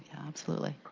absolutely.